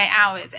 hours